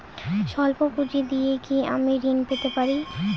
সল্প পুঁজি দিয়ে কি আমি ঋণ পেতে পারি?